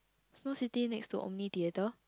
Snow City next to Omni Theater